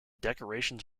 decorations